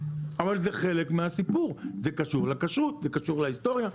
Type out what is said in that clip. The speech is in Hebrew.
אבל זה חלק מהסיפור וזה קשור לכשרות ולהיסטוריה.